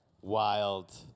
wild